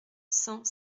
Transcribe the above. cent